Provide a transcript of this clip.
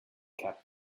cap